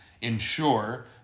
ensure